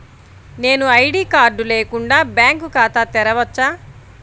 నేను ID card లేకుండా bank ఖాతా తెరవచ్చా?